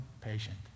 patient